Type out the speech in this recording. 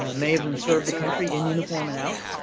um many of them served the country in uniform and out,